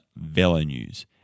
VELONEWS